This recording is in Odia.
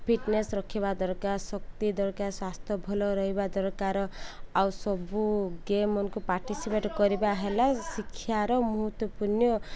ଫିଟନେସ ରଖିବା ଦରକାର ଶକ୍ତି ଦରକାର ସ୍ୱାସ୍ଥ୍ୟ ଭଲ ରହିବା ଦରକାର ଆଉ ସବୁ ଗେମକୁ ପାଟିସିପେଟ କରିବା ହେଲା ଶିକ୍ଷାର ମହତ୍ତ୍ୱପୂର୍ଣ୍ଣ